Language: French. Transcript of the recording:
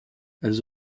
elles